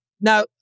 Now